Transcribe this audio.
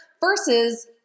versus